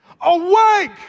Awake